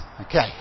Okay